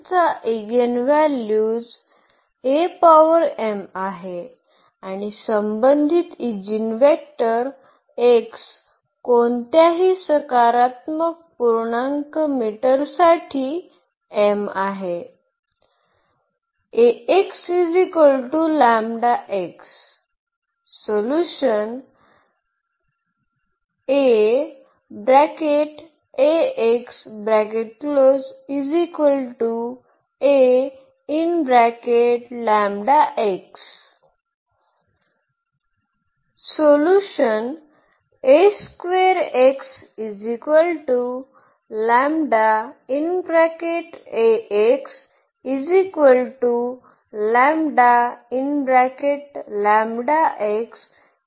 चा इगेनव्हॅल्यूज आहे आणि संबंधित ईजीनवेक्टर x कोणत्याही सकारात्मक पूर्णांक मीटरसाठी m आहे